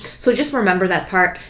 so just remember that part.